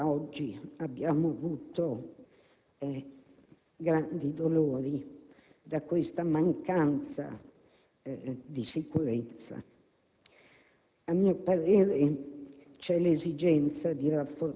Oggi, signor Presidente, approviamo un decreto del Governo di cui, mi permetta, molti di noi non sentivano assolutamente l'urgenza.